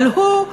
אבל הוא,